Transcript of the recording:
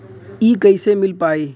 इ कईसे मिल पाई?